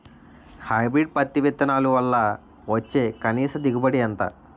Hybrid పత్తి విత్తనాలు వల్ల వచ్చే కనీస దిగుబడి ఎంత?